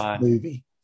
movie